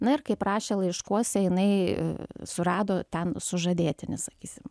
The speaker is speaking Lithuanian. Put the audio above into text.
na ir kaip rašė laiškuose jinai surado ten sužadėtinį sakysim